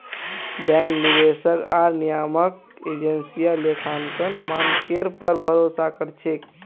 bank, निवेशक आर नियामक एजेंसियां लेखांकन मानकेर पर भरोसा कर छेक